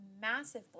massive